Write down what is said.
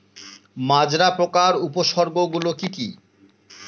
মাজরা পোকার উপসর্গগুলি কি কি?